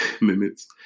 minutes